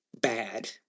bad